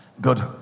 Good